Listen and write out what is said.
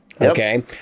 Okay